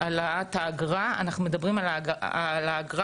העלאת האגרה אנחנו מדברים על האגרה